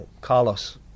Carlos